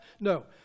No